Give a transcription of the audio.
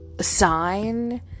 sign